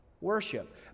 worship